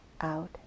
out